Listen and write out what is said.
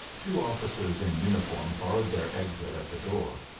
two officers in uniform barred their exit at the door,